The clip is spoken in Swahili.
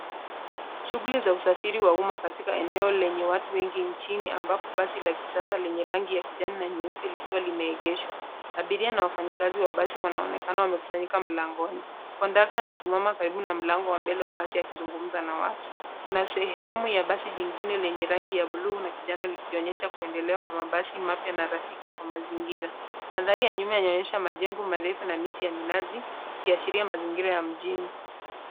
Shughuli za usafiri wa umma katika eneo lenye watu wengi nchini ambapo basi la kisasa lenye rangi ya kijani na nyeupe likiwa limeegeshwa. Abiria na wafanyikazi wa basi wanaonekana wamekusanyika mlangoni. Conductor amesimama karibu na mlango wa mbele wa basi akizungumza na watu. Kuna sehemu ya basi jingine lenye rangi ya blue[c]s na kijani ikionyesha kuendelea kwa mabasi mapya na rafiki kwa mazingira. Mandhari ya nyuma yaonyesha majengo marefu na miti ya minazi ikiashiria mazingira ya mjini.